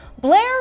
Blair